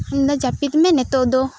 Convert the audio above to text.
ᱢᱮᱱ ᱫᱟᱭ ᱡᱟᱯᱤᱛ ᱢᱮ ᱱᱤᱛᱚᱜ ᱫᱚ